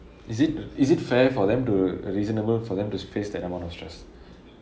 is it is it fair for them to reasonable for them to face that amount of stress